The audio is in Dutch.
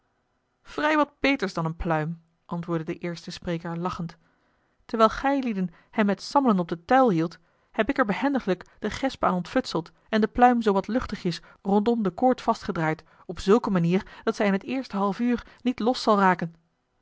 vrij wat beters dan eene pluim antwoordde de eerste spreker lachend terwijl gijlieden hem met zammelen op den tuil hield heb ik er behendiglijk den gesp aan ontfutseld en de pluim zoo wat luchtigjes rondom de koord vastgedraaid op zulke manier dat zij in t eerste half uur niet los zal raken